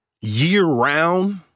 year-round